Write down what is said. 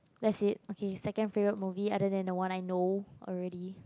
that's it okay second favorite movie I don't even know when I know already